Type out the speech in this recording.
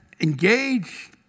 engage